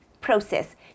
process